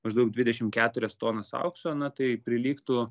maždaug dvidešim keturias tonas aukso na tai prilygtų